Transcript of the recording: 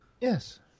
Yes